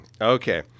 Okay